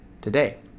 today